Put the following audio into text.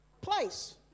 place